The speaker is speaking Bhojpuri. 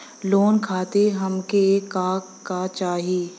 लोन खातीर हमके का का चाही?